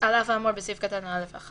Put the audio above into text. על אף האמור בסעיף קטן (א)(1),